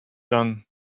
done